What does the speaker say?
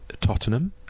Tottenham